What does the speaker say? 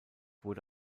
wurde